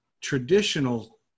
traditional